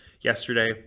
yesterday